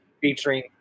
featuring